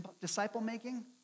disciple-making